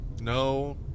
No